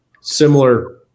Similar